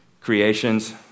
creations